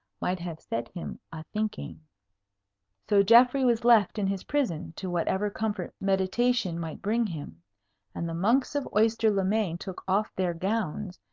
might have set him a-thinking. so geoffrey was left in his prison to whatever comfort meditation might bring him and the monks of oyster-le-main took off their gowns,